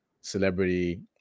celebrity